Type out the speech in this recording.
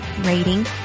rating